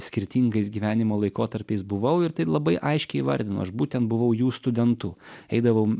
skirtingais gyvenimo laikotarpiais buvau ir tai labai aiškiai įvardinu aš būtent buvau jų studentu eidavom